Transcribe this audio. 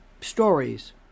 stories